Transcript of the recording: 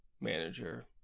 manager